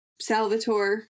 Salvatore